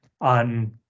on